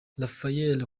rafael